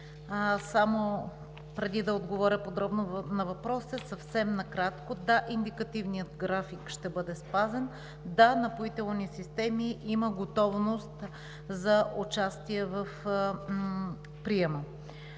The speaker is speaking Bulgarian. преди да отговаря подробно на въпроса, съвсем накратко: да, индикативният график ще бъде спазен. Да, Напоителни системи имат готовност за участие в приемането.